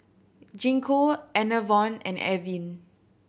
Gingko Enervon and Avene